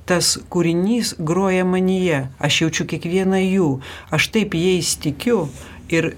tas kūrinys groja manyje aš jaučiu kiekvieną jų aš taip jais tikiu ir